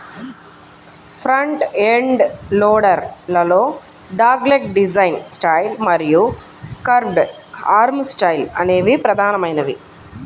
front end loader లలో dogleg design style మరియు curved arm style అనేవి ప్రధానమైనవి